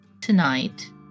tonight